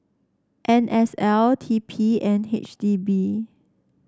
N S L T P and H D B